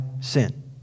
sin